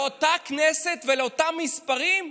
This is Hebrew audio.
לאותה הכנסת ולאותם מספרים?